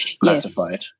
classified